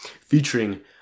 featuring